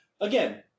again